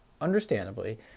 understandably